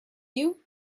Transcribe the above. you